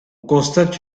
constate